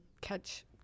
catch